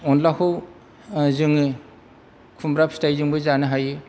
अनद्लाखौ जोङो खुम्ब्रा फिथायजोंबो जानो हायो